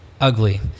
ugly